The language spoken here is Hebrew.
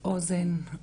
אוזן,